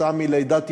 כתוצאה מלידת ילד,